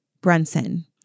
Brunson